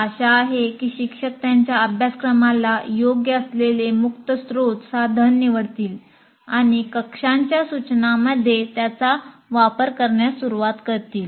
आशा आहे की शिक्षक त्याच्या अभ्यासक्रमाला योग्य असलेले मुक्त स्त्रोत साधन निवडतील आणि कक्षाच्या सूचनांमध्ये त्याचा वापर करण्यास सुरवात करतील